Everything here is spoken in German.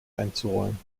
einzuräumen